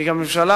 כי בממשלה,